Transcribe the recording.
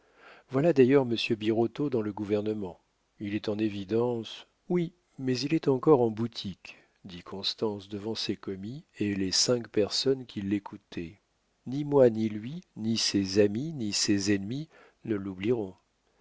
voilà d'ailleurs monsieur birotteau dans le gouvernement il est en évidence oui mais il est encore en boutique dit constance devant ses commis et les cinq personnes qui l'écoutaient ni moi ni lui ni ses amis ni ses ennemis ne l'oublieront